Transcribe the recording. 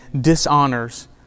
dishonors